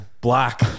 black